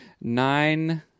Nine